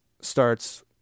starts